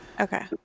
Okay